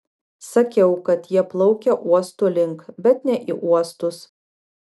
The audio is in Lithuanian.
sakiau kad jie plaukia uostų link bet ne į uostus